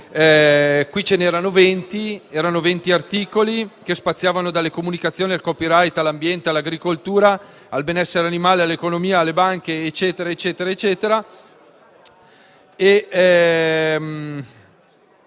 Qui c'erano 20 articoli, che spaziavano dalle comunicazioni, al *copyright*, all'ambiente, all'agricoltura, al benessere animale, all'economia e alle banche.